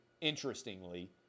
interestingly